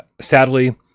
sadly